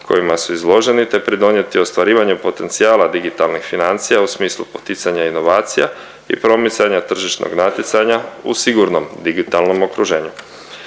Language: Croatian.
kojima su izloženi te pridonijeti ostvarivanju potencijala digitalnih financija u smislu poticanja inovacija i promicanja tržišnog natjecanja u sigurnom digitalnom okruženju.